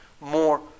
more